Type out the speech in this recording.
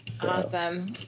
Awesome